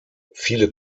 viele